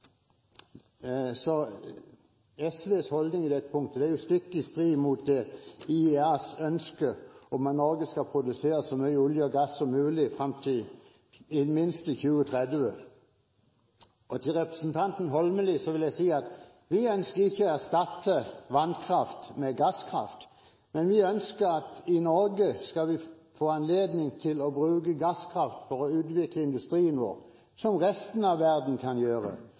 SVs holdning på dette punktet er stikk i strid med IEAs ønske om at Norge skal produsere så mye olje og gass som mulig fram til minst 2030. Til representanten Holmelid vil jeg si at vi ikke ønsker å erstatte vannkraft med gasskraft, men vi ønsker at vi i Norge skal få anledning til å bruke gasskraft for å utvikle industrien vår – som resten av verden kan gjøre.